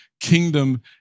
kingdom